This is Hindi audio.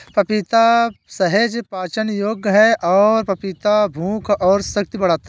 पपीता सहज पाचन योग्य है और पपीता भूख और शक्ति बढ़ाता है